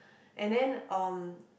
and then um